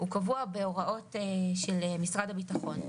הוא קבוע בהוראות של משרד הביטחון,